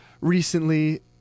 recently